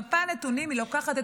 כשהיא ממפה נתונים היא לוקחת את